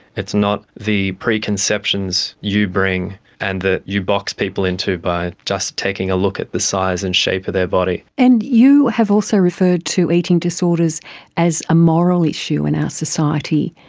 it's not the preconceptions you bring and that you box people into by just taking a look at the size and shape of their body. and you have also referred to eating disorders as a moral issue in our society.